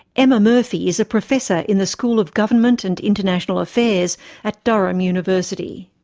emma murphy is a professor in the school of government and international affairs at durham university.